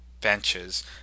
benches